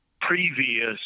previous